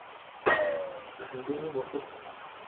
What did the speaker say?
हिंदी में बहुत